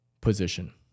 position